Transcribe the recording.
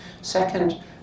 Second